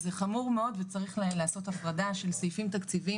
אז זה חמור מאוד וצריך לעשות הפרדה של סעיפים תקציביים,